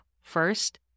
First